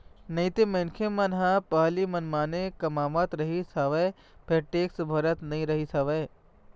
नइते मनखे मन ह पहिली मनमाने कमावत रिहिस हवय फेर टेक्स भरते नइ रिहिस हवय